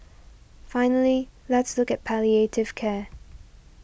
finally let's look at palliative care